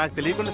like believe and